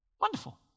wonderful